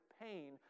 pain